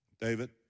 David